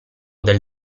del